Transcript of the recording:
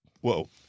whoa